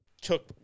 took